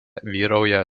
vyrauja